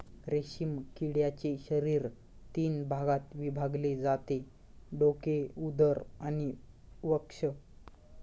रेशीम किड्याचे शरीर तीन भागात विभागले जाते डोके, उदर आणि वक्ष